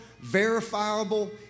verifiable